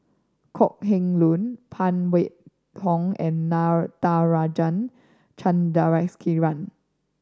Kok Heng Leun Phan Wait Hong and Natarajan Chandrasekaran